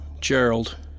Gerald